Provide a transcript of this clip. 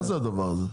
מה זה הדבר הזה?